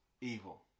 evil